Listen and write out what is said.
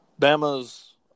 Bama's